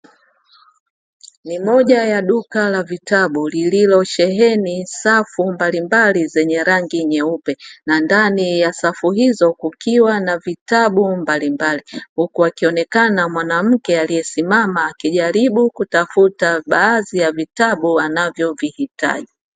Ni moja ya duka la vitabu lililosheheni Safu mbalimbali zenye rangi nyeupe, na ndani ya safu hizo kukiwa na vitabu mbalimbali huku akionekana mwanamke aliyesimama akijaribu kutafuta baadhi ya vitabu anavyovihitaji.